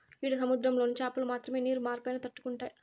ఈడ సముద్రంలోని చాపలు మాత్రమే నీరు మార్పైనా తట్టుకుంటాయి